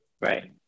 right